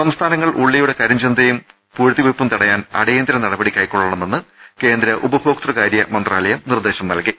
സംസ്ഥാനങ്ങൾ ഉള്ളിയുടെ കരിഞ്ചന്തയും പൂഴ്ത്തിവെയ്പും തടയാൻ അടിയന്തര നടപടി കൈക്കൊള്ളണ്മെന്ന് കേന്ദ്ര ഉപഭോക്തൃമന്ത്രാലയം നിർദേശം നൽകി